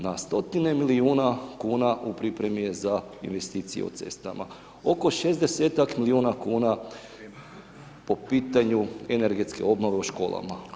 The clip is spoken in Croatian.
Na stotine milijuna kuna u pripremi je za investicije o cestama, oko 60-tak milijuna kuna po pitanju energetske obnove u školama [[Upadica: Hvala]] Uglavnom.